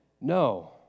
No